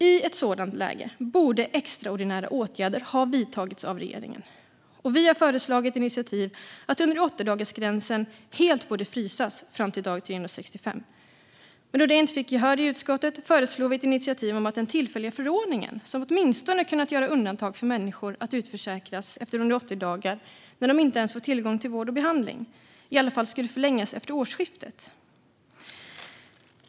I ett sådant läge borde extraordinära åtgärder ha vidtagits av regeringen. Vi hade föreslagit att 180-dagarsgränsen helt skulle frysas fram till dag 365, men då detta inte fick gehör i utskottet föreslog vi i ett initiativ att den tillfälliga förordningen, som åtminstone kunnat göra undantag för människor att utförsäkras efter 180 dagar när de inte ens fått tillgång till vård och behandling, i alla fall skulle förlängas efter årsskiftet.